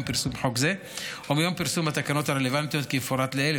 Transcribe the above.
פרסום חוק זה או מיום פרסום התקנות הרלוונטיות כמפורט לעיל,